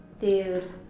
Dude